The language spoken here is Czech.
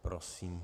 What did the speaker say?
Prosím.